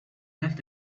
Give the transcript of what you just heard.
left